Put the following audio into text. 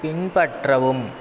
பின்பற்றவும்